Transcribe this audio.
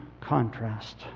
contrast